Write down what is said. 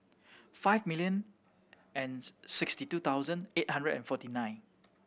five million and sixty two thousand eight hundred and forty nine